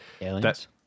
aliens